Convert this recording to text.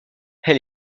elle